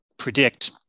predict